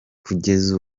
kugeza